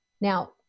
Now